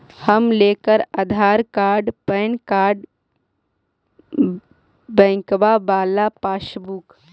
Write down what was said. हम लेकर Aadhaar card PAN card बैंकवा वाला पासबुक?